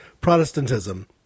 Protestantism